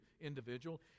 individual